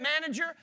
manager